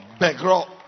Begro